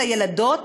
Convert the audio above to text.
לילדות,